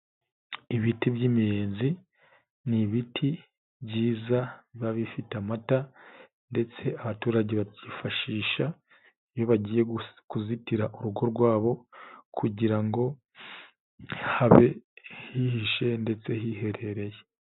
Ibiti by'imiyezi, ni ibiti byiza biba bifite amata ndetse abaturage babyifashisha iyo bagiye kuzitira urugo rwabo kugira ngo habe hihishe ndetse hiherereye.